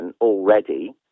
already